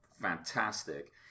fantastic